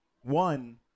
One